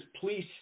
please